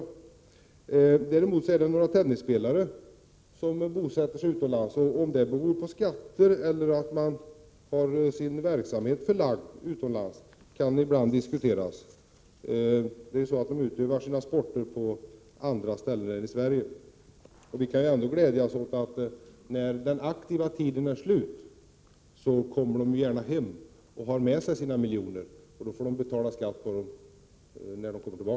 Om det däremot beror på skatterna när en tennisspelare flyttar utomlands eller om det beror på att vederbörande har sin verksamhet förlagd utomlands kan ibland diskuteras. Vederbörande utövar ju sin sport på andra ställen än i Sverige. Vi kan ändå glädja oss åt att idrottsstjärnorna när den aktiva tiden är slut gärna kommer hem med sina miljoner och då får betala skatt på dessa.